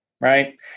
Right